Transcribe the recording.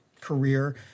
career